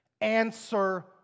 Answer